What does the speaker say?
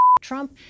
Trump